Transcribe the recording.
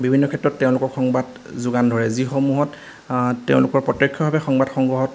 বিভিন্ন ক্ষেত্ৰত তেওঁলোকৰ সংবাদ যোগান ধৰে যিসমূহত আ তেওঁলোকৰ প্ৰত্যক্ষভাৱে সংবাদ সংগ্ৰহত